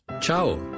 Ciao